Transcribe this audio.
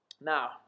Now